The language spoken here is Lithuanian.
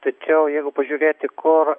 tačiau jeigu pažiūrėti kur